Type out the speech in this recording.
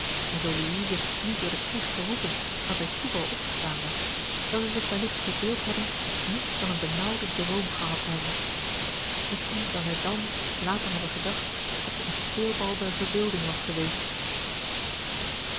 en zoo louise niet door den knecht geroepen maar bij toeval opgestaan was zou zij zich welligt verbeeld hebben niets dan een benaauwden droom gehad te hebben misschien zou zij dàn later hebben gedacht dat zij een speelbal der verbeelding was geweest